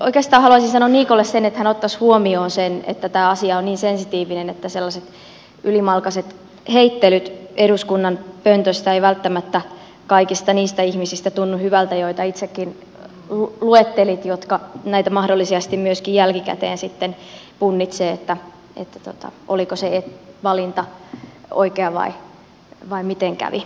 oikeastaan haluaisin sanoa niikolle sen että hän ottaisi huomioon sen että tämä asia on niin sensitiivinen että sellaiset ylimalkaiset heittelyt eduskunnan pöntöstä eivät välttämättä tunnu hyvältä kaikista niistä ihmisistä joita itsekin luettelit jotka näitä mahdollisesti myöskin jälkikäteen sitten punnitsevat oliko se valinta oikea vai miten kävi